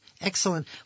Excellent